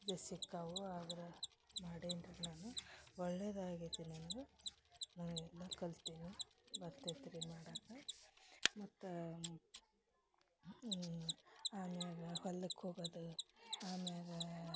ಸಿಕ್ಕಾವು ಆದರೆ ಮಾಡಿನಿ ರೀ ನಾನು ಒಳ್ಳೆಯದು ಆಗೈತಿ ನನಗೂ ನಾನು ಎಲ್ಲ ಕಲ್ತೀನಿ ಬರ್ತೈತೆ ರೀ ಮಾಡಾಕ ಮತ್ತು ಅಮ್ಯಾಗ ಹೊಲಕ್ಕೆ ಹೋಗೋದು ಅಮ್ಯಾಗ